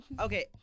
Okay